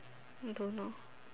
I don't know